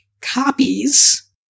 copies